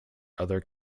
other